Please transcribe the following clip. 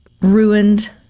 ruined